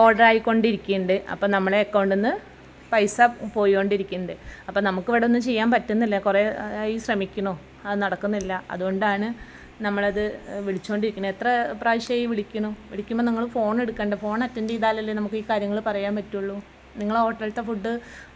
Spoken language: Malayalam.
ഓഡറായിക്കൊണ്ടിരിക്കണുണ്ട് അപ്പോൾ നമ്മളെ അക്കൗണ്ടിന്ന് പൈസ പോയോണ്ടിരിക്കിണ്ട് അപ്പോൾ നമുക്ക് ഇവിടുന്ന് ചെയ്യാൻ പറ്റുന്നില്ല കുറെ ആയി ശ്രമിക്കിണു അത് നടക്കുന്നില്ല അതുകൊണ്ടാണ് നമ്മളത് വിളിച്ചോണ്ടിരിക്കുണത് എത്ര പ്രാവശ്യമായി വിളിക്കണു വിളിക്കുമ്പോൾ നിങ്ങൾ ഫോണ് എടുക്കേണ്ടത് ഫോണ് അറ്റൻഡ് ചെയ്താലല്ലേ നമുക്ക് ഈ കാര്യങ്ങൾ പറയാൻ പറ്റുള്ളൂ നിങ്ങളുടെ ഹോട്ടലിലത്തെ ഫുഡ്